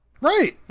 Right